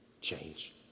change